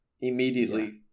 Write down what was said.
immediately